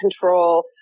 control